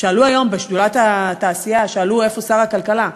שאלו היום בשדולת התעשייה, שאלו: איפה שר הכלכלה?